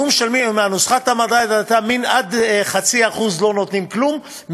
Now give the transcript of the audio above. נוסחת המדד הייתה שעד 0.5% לא נותנים כלום,